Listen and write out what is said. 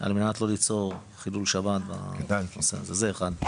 על מנת לא ליצור חילול שבת, זה אחד.